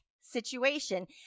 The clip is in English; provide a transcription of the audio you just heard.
situation